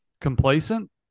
complacent